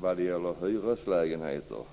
för hyreslägenheter?